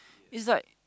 is like